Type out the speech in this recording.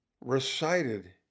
recited